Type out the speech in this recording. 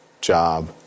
job